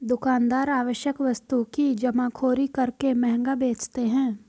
दुकानदार आवश्यक वस्तु की जमाखोरी करके महंगा बेचते है